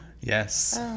yes